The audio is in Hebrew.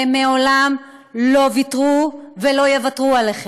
והם מעולם לא ויתרו ולא יוותרו עליכם.